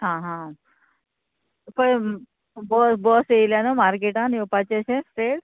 आं हां पळय बस बस येयल्या न्हू मार्केटान येवपाचें अशें स्ट्रेट